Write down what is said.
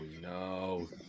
no